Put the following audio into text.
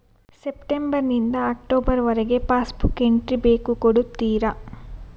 September ನಿಂದ October ವರಗೆ passbook entry ಬೇಕು ಕೊಡುತ್ತೀರಾ?